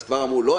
כבר אמרו: לא,